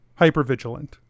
hypervigilant